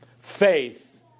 faith